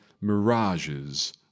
mirages